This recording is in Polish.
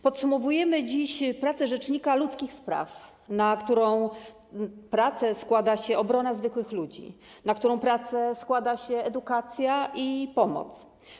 Podsumowujemy dziś pracę rzecznika ludzkich spraw, na którą składa się obrona zwykłych ludzi, na którą składa się edukacja i pomoc.